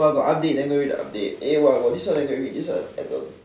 !wah! got update then go read the update eh !wah! got this one go and read this